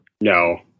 No